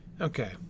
okay